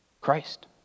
Christ